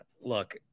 look